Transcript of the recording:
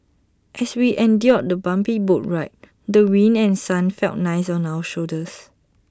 as we endured the bumpy boat ride the wind and sun felt nice on our shoulders